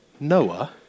Noah